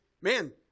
man